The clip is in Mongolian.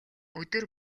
өдөр